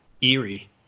eerie